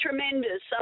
Tremendous